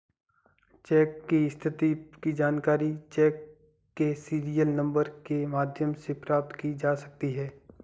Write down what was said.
check की स्थिति की जानकारी चेक के सीरियल नंबर के माध्यम से प्राप्त की जा सकती है